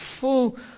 full